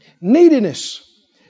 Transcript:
neediness